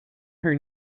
her